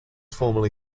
formerly